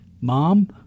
Mom